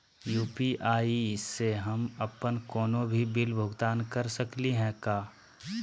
UPI स हम अप्पन कोनो भी बिल भुगतान कर सकली का हे?